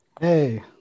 Hey